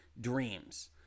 Dreams